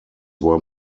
were